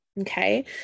okay